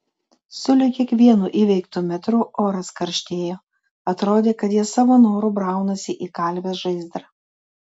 sulig kiekvienu įveiktu metru oras karštėjo atrodė kad jie savo noru braunasi į kalvės žaizdrą